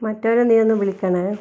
മറ്റവരെ നീ ഒന്ന് വിളിക്കണേ